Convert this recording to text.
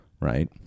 right